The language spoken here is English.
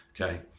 okay